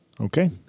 Okay